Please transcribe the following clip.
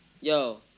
Yo